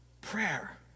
prayer